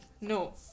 No